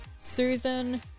Susan